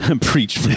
preach